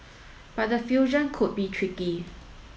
but the fusion could be tricky